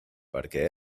perquè